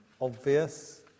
obvious